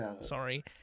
sorry